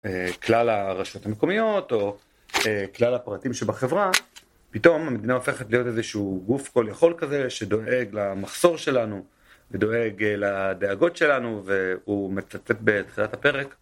כלל הרשויות המקומיות, או כלל הפרטים שבחברה, פתאום המדינה הופכת להיות איזשהו גוף כל יכול כזה שדואג למחסור שלנו ודואג לדאגות שלנו והוא מצטט בתחילת הפרק